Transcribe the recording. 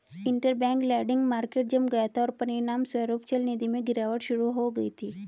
interbank lending market जम गया था, और परिणामस्वरूप चलनिधि में गिरावट शुरू हो गई थी